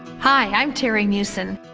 hi, i'm terry meeuwsen.